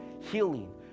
healing